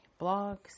blogs